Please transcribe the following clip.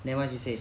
then what she said